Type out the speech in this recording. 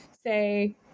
say